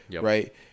Right